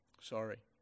Sorry